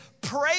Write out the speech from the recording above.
Pray